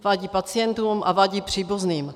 Vadí pacientům a vadí příbuzným.